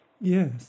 Yes